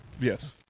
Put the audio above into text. Yes